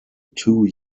two